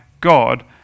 God